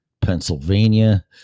Pennsylvania